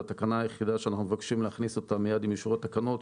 זו התקנה היחידה שאנחנו מבקשים להכניס אותה מיד עם אישור התקנות.